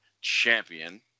Champion